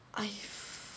I